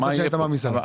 מצד שני אתה בא מסביב.